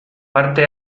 parte